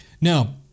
Now